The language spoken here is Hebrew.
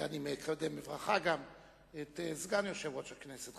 אני מקדם בברכה גם את סגן יושב-ראש הכנסת,